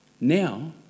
now